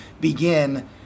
begin